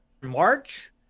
march